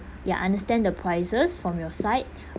ya understand the prices from your side